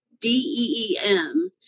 D-E-E-M